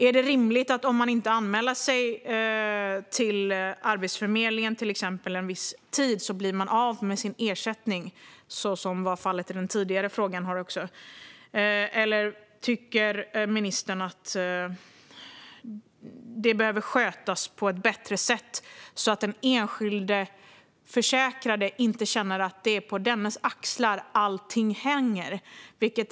Är det rimligt att man, om man till exempel inte anmäler sig till Arbetsförmedlingen en viss tid, blir av med sin ersättning, så som var fallet också i den tidigare frågan? Eller tycker ministern att det behöver skötas på ett bättre sätt så att den enskilda försäkrade inte känner att det är på de egna axlarna som allting vilar?